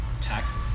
taxes